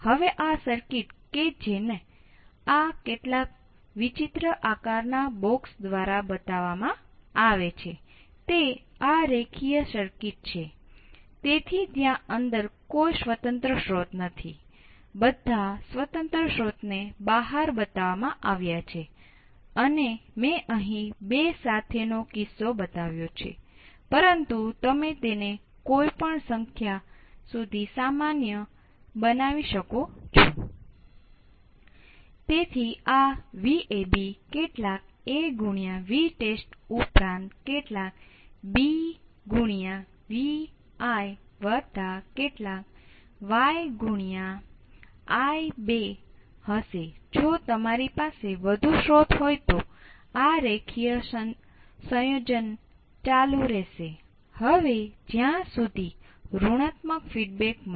હવે સમસ્યાઓના નિરાકરણ માટે વારંવાર ઓપ એમ્પ હોય છે પરંતુ આપણે સામાન્ય રીતે સમસ્યાઓ હલ કરી રહ્યા છીએ અને પછી આપણે વિચારી શકીએ કે V1 અને V2 પણ સમાન શ્રેણી સુધી મર્યાદિત હોય છે